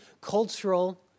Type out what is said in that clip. cultural